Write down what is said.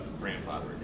grandfather